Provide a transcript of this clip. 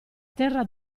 terra